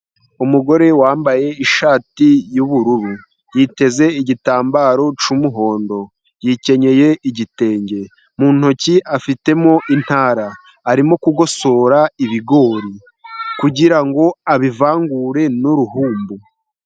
Umugore wambaye ishati yubururu. Yiteze igitambaro cy'umuhondo , yikenyeje igitenge, mu ntoki afitemo intara. Arimo kugosora ibigori kugira ngo abivangure n'uruhumbu.